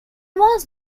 was